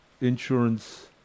insurance